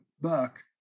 buck